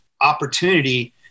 opportunity